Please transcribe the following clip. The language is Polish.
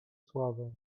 sławę